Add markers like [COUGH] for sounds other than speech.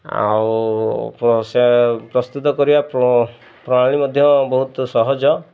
ଆଉ ସେ [UNINTELLIGIBLE] ପ୍ରସ୍ତୁତ କରିବା ପ୍ରଣାଳୀ ମଧ୍ୟ ବହୁତ ସହଜ